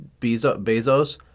Bezos